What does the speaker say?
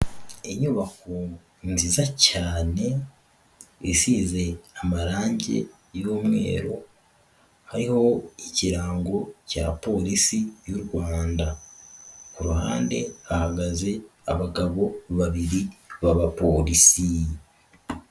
Inyubako nziza cyane, izize amarangi y'umweru, hariho ikirango cya polisi y'u Rwanda, ku ruhande hahagaze abagabo babiri b'abapolisi.